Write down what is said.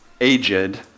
aged